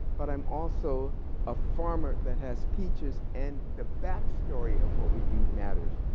but i am also a farmer that has peaches and the back story of what we do matters.